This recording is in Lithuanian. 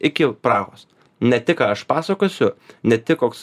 iki prahos ne tik ką aš pasakosiu ne tik koks